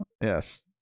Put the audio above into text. Yes